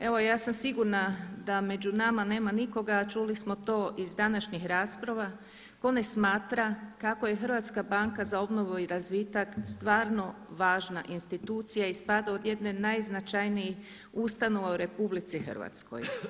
Evo ja sam sigurna da među nama nema nikoga, a čuli smo to iz današnjih rasprava, tko ne smatra kako je Hrvatska banka za obnovu i razvitak stvarno važna institucija i spada u jedne od najznačajnijih ustanova u RH.